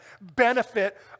benefit